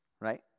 Right